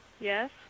Yes